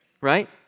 right